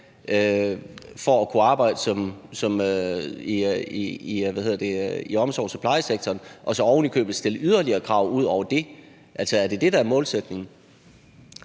for at kunne arbejde i omsorgs- og plejesektoren, og at der så ovenikøbet stilles yderligere krav ud over det? Er det det, der er målsætningen?